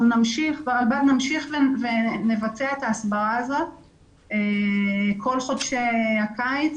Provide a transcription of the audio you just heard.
ברלב"ד אנחנו נמשיך ונבצע את ההסברה הזאת כל חודשי הקיץ,